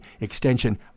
extension